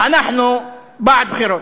אנחנו בעד בחירות.